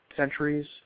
Centuries